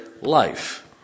life